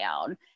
own